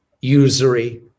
usury